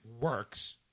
works